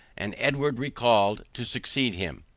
and edward recalled to succeed him.